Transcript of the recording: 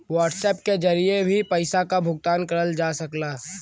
WhatsApp के जरिए भी पइसा क भुगतान करल जा सकला